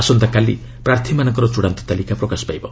ଆସନ୍ତାକାଲି ପ୍ରାର୍ଥୀମାନଙ୍କର ଚୂଡ଼ାନ୍ତ ତାଲିକା ପ୍ରକାଶ ପାଇବ